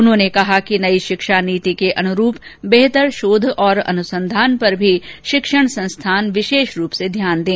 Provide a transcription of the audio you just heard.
उन्होंने कहा कि नई शिक्षा नीति के अनुरूप बेहतर शोध और अनुसंधान पर भी शिक्षण संस्थान विशेष रूप से ध्यान दें